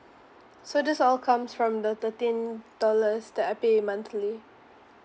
so these all comes from the thirteen dollars that I pay monthly